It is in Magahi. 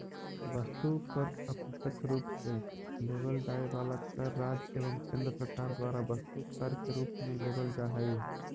वस्तु पर अप्रत्यक्ष रूप से लेवल जाए वाला कर राज्य एवं केंद्र सरकार द्वारा वस्तु कर के रूप में लेवल जा हई